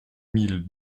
mille